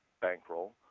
bankroll